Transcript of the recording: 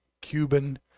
cuban